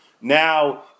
now